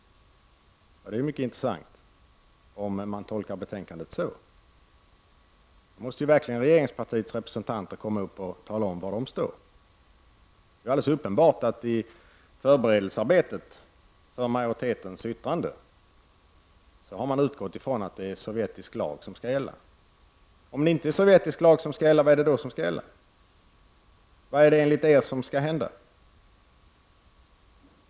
Det är mycket intressant om man tolkar betänkandet så. Nu måste verkligen regeringspartiets representanter gå upp i talarstolen och tala om var de står. Det är alldeles uppenbart att 21 man i förberedelsearbetet för majoritetens yttrande har utgått från att det är sovjetisk lag som skall gälla. Om det inte är sovjetisk lag som skall gälla, vad är det då som skall gälla? Vad är det enligt er som skall hända?